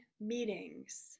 meetings